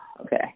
Okay